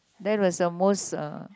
that was the most uh